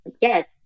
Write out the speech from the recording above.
yes